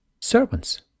servants